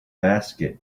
basket